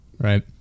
right